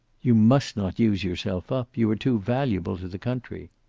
you must not use yourself up. you are too valuable to the country.